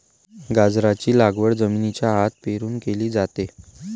गाजराची लागवड जमिनीच्या आत पेरून केली जाते